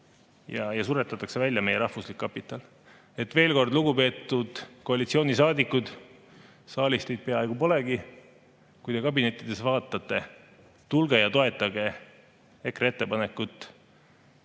ja suretatakse välja meie rahvuslik kapital. Veel kord, lugupeetud koalitsioonisaadikud – saalis teid peaaegu polegi –, kui te kabinettides vaatate, tulge ja toetage EKRE ettepanekut,